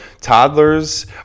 toddlers